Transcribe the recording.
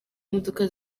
imodoka